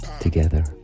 together